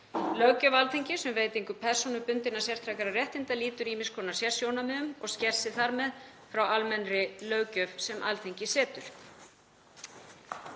Löggjöf Alþingis um veitingu persónubundinna sértækra réttinda lýtur ýmiss konar sérsjónarmiðum og sker sig þar með frá almennri löggjöf sem Alþingi setur.